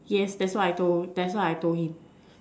yes that's what I told that's why I told him